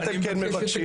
מה אתם כן מבקשים?